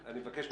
על הגודש,